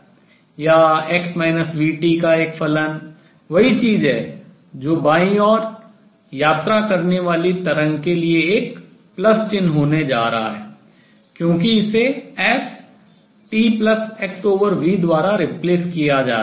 या x vt का एक फलन वही चीज है जो बाईं ओर travel यात्रा करने वाली तरंग के लिए एक प्लस चिह्न होने जा रहा है क्योंकि इसे ftxv द्वारा replace प्रतिस्थापित किया जा रहा है